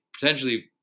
potentially